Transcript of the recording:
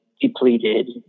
depleted